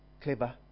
Clever